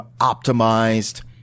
optimized